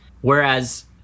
Whereas